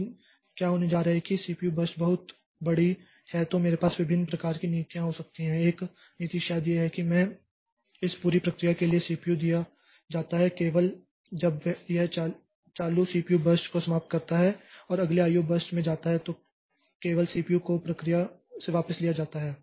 लेकिन क्या होने जा रहा है अगर सीपीयू बर्स्ट बहुत बड़ी है तो मेरे पास विभिन्न प्रकार की नीतियाँ हो सकती हैं एक नीति शायद यह है कि मैं इस पूरी प्रक्रिया के लिए सीपीयू दिया जाता है और केवल जब यह चालू सीपीयू बर्स्ट को समाप्त करता है और अगले आईओ बर्स्ट में जाता है तो केवल सीपीयू को प्रक्रिया से वापस ले लिया जाता है